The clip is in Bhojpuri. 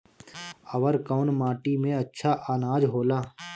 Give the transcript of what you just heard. अवर कौन माटी मे अच्छा आनाज होला?